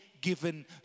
given